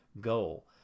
goal